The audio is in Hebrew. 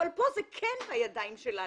אבל פה זה כן בידיים שלנו.